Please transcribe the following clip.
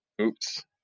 Oops